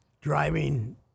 driving